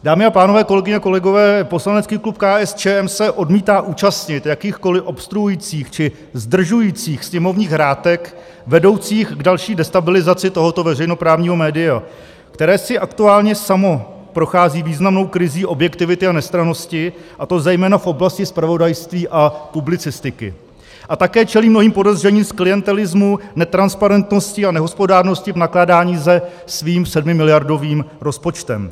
Dámy a pánové, kolegyně, kolegové, poslanecký klub KSČM se odmítá účastnit jakýchkoli obstruujících či zdržujících sněmovních hrátek vedoucích k další destabilizaci tohoto veřejnoprávního média, které si aktuálně samo prochází významnou krizí objektivity a nestrannosti, a to zejména v oblasti zpravodajství a publicistiky, a také čelí mnohým podezřením z klientelismu, netransparentnosti a nehospodárnosti v nakládání se svým sedmimiliardovým rozpočtem.